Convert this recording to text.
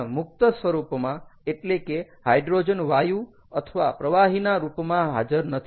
પણ મુક્ત સ્વરૂપમાં એટલે કે હાઇડ્રોજન વાયુ અથવા પ્રવાહીના રૂપમાં હાજર નથી